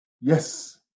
Yes